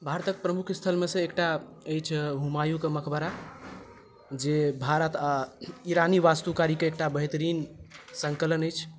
भारतक प्रमुख स्थलमे सँ एकटा अछि हुमायूँ के मकबरा जे भारत आ ईरानी वास्तुकारी के एकटा बेहतरीन संकलन अछि